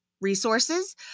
resources